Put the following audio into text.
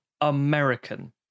American